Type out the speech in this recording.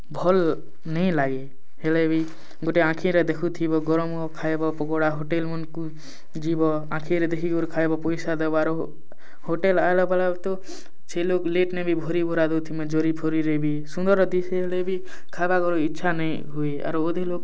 ଭଲ୍ ନେଇ ଲାଗେ ହେଲେ ବି ଗୋଟେ ଆଖିରେ ଦେଖୁଁ ଥିବ ଗରମ ଖାଇଁବ ପକୋଡ଼ା ହୋଟେଲ୍ମାନଙ୍କୁ ଯିବ ଆଖିରେ ଦେଖି କରି ଖାଇଁବ ପଇସା ଦବାର ହୋଟେଲ୍ ଆଇଲା ବେଳେ ତ ସେ ଲୋକ ଲେଟ୍ ନେ ବି ଭରି ଭରା ଦଉ ଥିବେ ଜରି ଫରିରେ ବି ସୁନ୍ଦର ଦିଶିଲେ ବି ଖାଇବାର ଇଚ୍ଛା ନାଇ ହୁଏ ଆରୁ ଅଧା ଲୋକ୍